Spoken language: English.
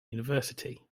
university